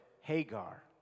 Hagar